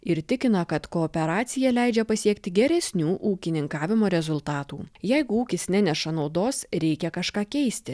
ir tikina kad kooperacija leidžia pasiekti geresnių ūkininkavimo rezultatų jeigu ūkis neneša naudos reikia kažką keisti